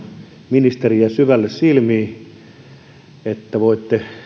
ministeriä syvälle silmiin että voitte